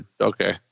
okay